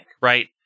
right